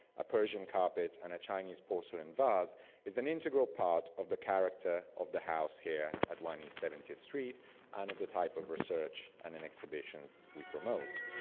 a persian carpet, and a chinese porcelain vase is an integral part of the character of the house here at one e seventieth street and of the type of research and and exhibitions we promote.